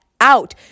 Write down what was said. out